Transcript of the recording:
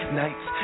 nights